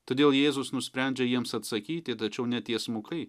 todėl jėzus nusprendžia jiems atsakyti tačiau ne tiesmukai